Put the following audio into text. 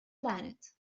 planet